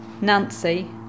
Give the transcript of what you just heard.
Nancy